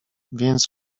więc